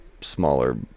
smaller